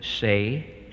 say